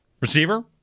receiver